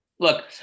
Look